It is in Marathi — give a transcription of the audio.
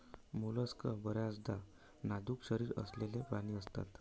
मोलस्क बर्याचदा नाजूक शरीर असलेले प्राणी असतात